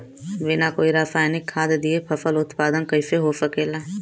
बिना कोई रसायनिक खाद दिए फसल उत्पादन कइसे हो सकेला?